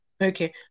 Okay